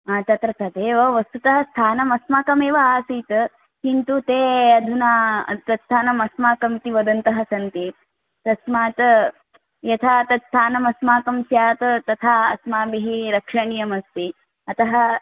तत्र तदेव वस्तुतः स्थानमस्माकमेव आसीत् किन्तु ते अधुना तत् स्थानम् अस्माकम् इति वदन्तः सन्ति तस्मात् यथा तत् स्थानम् अस्माकं स्यात् तथा अस्माभिः रक्षणीयम् अस्ति अतः